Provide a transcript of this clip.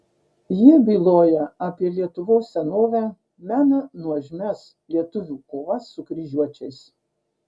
jie byloja apie lietuvos senovę mena nuožmias lietuvių kovas su kryžiuočiais